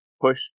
Push